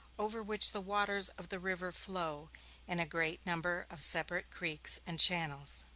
over which the waters of the river flow in a great number of separate creeks and channels.